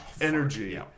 energy